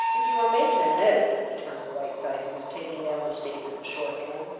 if you are making a note he turned to whiteside, who was taking down the statement in shorthand,